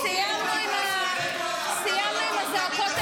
שנייה, סליחה, סליחה.